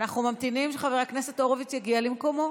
אנחנו ממתינים שחבר הכנסת הורוביץ, יגיע למקומו.